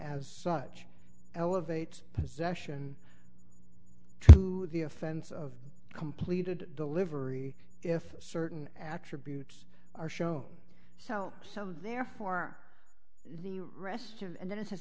as such elevates possession to the offense of completed delivery if certain attributes are show so so therefore the rest of and that it has